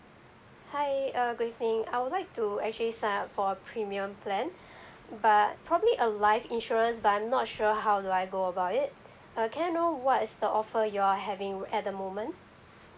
hi uh good evening I would like to actually sign up for a premium plan but probably a life insurance but I'm not sure how do I go about it uh can I know what is the offer you're having at the moment